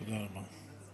תודה רבה.